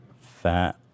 fat